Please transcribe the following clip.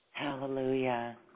hallelujah